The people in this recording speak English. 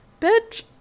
Bitch